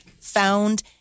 found